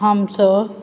आमचो